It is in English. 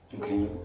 Okay